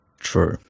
True